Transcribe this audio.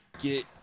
get